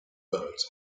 birds